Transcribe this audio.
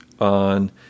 on